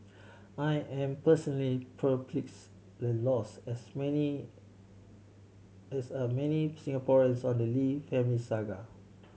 I am personally perplexed and lost as many as are many Singaporeans on the Lee family saga